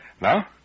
Now